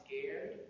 scared